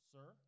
Sir